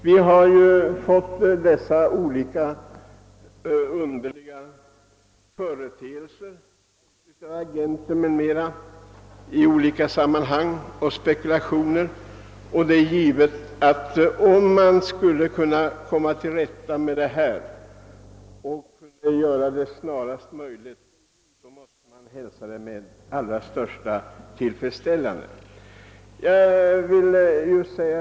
Vi har i dag en del underliga företeelser på hyresmarknaden med agenter och andra som spekulerar i bostadsbristen, och kan vi komma till rätta med problemen där — helst mycket snart — så skulle jag hälsa det med den allra största tillfredsställelse.